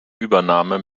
übernahme